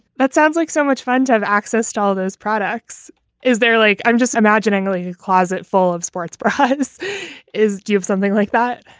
that sounds like so much fun to have access to all those products. is there like i'm just imagining a like closet full of sports bras is doing something like that?